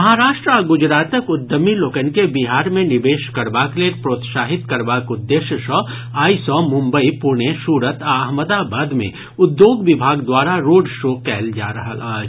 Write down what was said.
महाराष्ट्र आ गुजरातक उद्यमी लोकनि के बिहार मे निवेश करबाक लेल प्रोत्साहित करबाक उद्देश्य सॅ आइ सॅ मुंबई पुणे सूरत आ अहमदाबाद मे उद्योग विभाग द्वारा रोड शो कयल जा रहल अछि